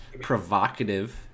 provocative